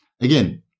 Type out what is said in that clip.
again